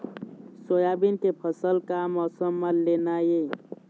Soybean के फसल का मौसम म लेना ये?